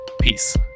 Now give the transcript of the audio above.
peace